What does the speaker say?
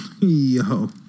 Yo